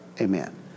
Amen